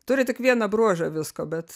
turi tik vieną bruožą visko bet